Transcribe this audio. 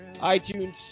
iTunes